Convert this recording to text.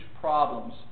problems